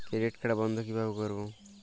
Credit card বন্ধ কিভাবে করবো?